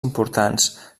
importants